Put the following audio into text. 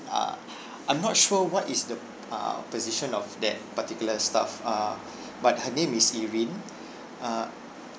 uh I'm not sure what is the err position of that particular staff err but her name is erin uh